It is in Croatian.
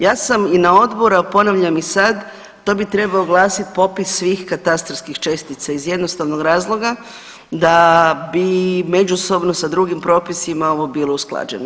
Ja sam i na odboru, a ponavljam i sad, to bi trebao glasit „popis svih katastarskih čestica“ iz jednostavnog razloga da bi međusobno sa drugim propisima ovo bilo usklađeno.